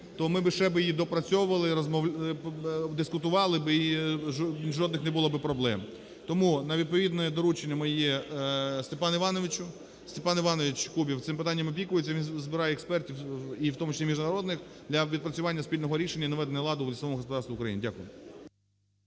то ми би ще би її доопрацьовували, дискутували би, і жодних не було би проблем. Тому на відповідне доручення моє Степану Івановичу… Степан Іванович Кубів цим питанням опікується, і він збирає експертів (і у тому числі міжнародних) для відпрацювання спільного рішення і наведення ладу в лісовому господарстві України. Дякую.